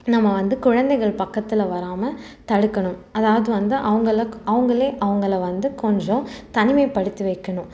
நம்ம வந்து குழந்தைகள் பக்கத்தில் வராமல் தடுக்கணும் அதாவது வந்து அவுங்களுக்கு அவங்களே அவங்கள வந்து கொஞ்சம் தனிமைப்படுத்தி வைக்கணும்